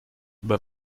aber